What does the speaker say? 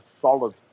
solid